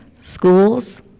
schools